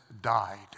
died